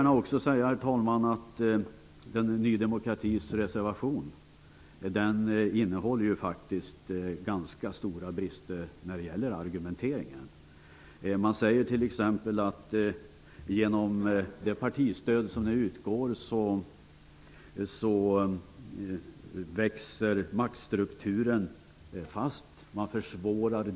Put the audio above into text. Ny demokratis reservation har faktiskt ganska stora brister när det gäller argumenteringen. Det sägs i reservationen t.ex. att maktstrukturen växer fast genom det partistöd som nu utgår och att dynamik försvåras.